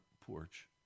porch